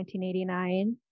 1989